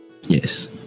Yes